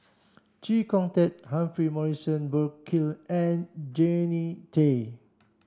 Chee Kong Tet Humphrey Morrison Burkill and Jannie Tay